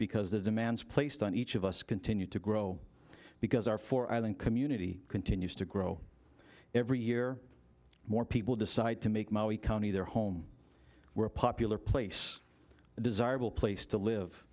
because the demands placed on each of us continue to grow because our four island community continues to grow every year more people decide to make money their home were a popular place desirable place to live